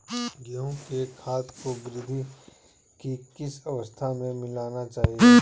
गेहूँ में खाद को वृद्धि की किस अवस्था में मिलाना चाहिए?